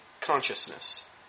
consciousness